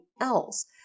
else